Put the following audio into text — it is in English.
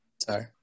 Sorry